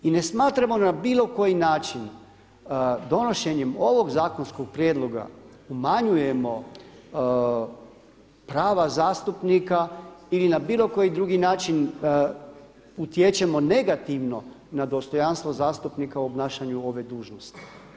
I ne smatramo na bilo koji način donošenjem ovog zakonskog prijedloga umanjujemo prava zastupnika ili na bilo koji drugi način utječemo negativno na dostojanstvo zastupnika u obnašanju ove dužnosti.